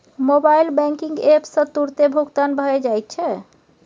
mobile banking app सँ तुरतें भुगतान भए जाइत छै